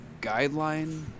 guideline